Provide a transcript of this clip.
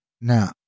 Now